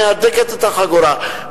מהדקת את החגורה,